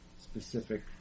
specific